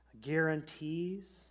guarantees